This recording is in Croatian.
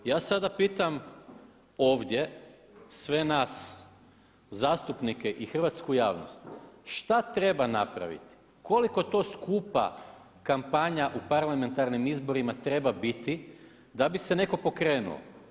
Ja sada pitam ovdje sve nas zastupnike i hrvatsku javnost, što treba napraviti, koliko to skupa kampanja u parlamentarnim izborima treba biti da bi se netko pokrenuo?